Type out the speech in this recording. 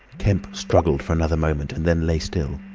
kemp struggled for another moment and then lay still.